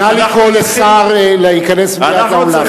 נא לקרוא לשר להיכנס מייד לאולם.